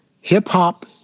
Hip-hop